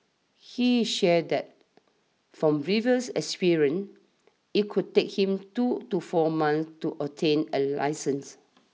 he shared that from previous experience it could take him two to four months to obtain a licence